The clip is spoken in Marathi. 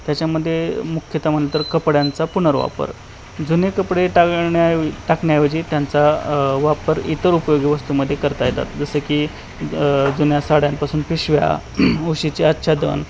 त्याच्यामध्ये मुख्यतः म्हणलंं तर कपड्यांचा पुनर्वापर जुने कपडे टाकण्याऐ टाकण्याऐवजी त्यांचा वापर इतर उपयोगी वस्तूमध्ये करता येतात जसं की ज जुन्या साड्यांपासून पिशव्या उशीचे आच्छादन